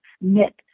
knit